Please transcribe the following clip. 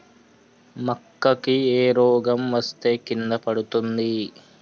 మక్కా కి ఏ రోగం వస్తే కింద పడుతుంది?